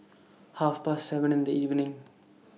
Half Past seven in The evening